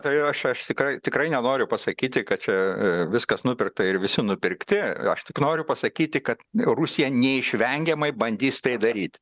tai aš aš tikrai tikrai nenoriu pasakyti kad čia viskas nupirkta ir visi nupirkti aš tik noriu pasakyti kad rusija neišvengiamai bandys tai daryt